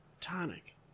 tonic